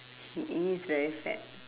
he is very fat